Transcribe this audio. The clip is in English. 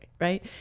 right